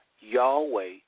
Yahweh